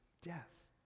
death